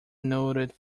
noted